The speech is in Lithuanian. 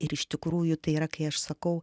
ir iš tikrųjų tai yra kai aš sakau